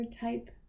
type